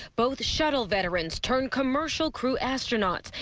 both shuttle veterans turn commercial crew astronauts.